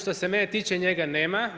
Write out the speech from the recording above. Što se mene tiče, njega nema.